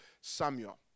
Samuel